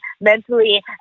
mentally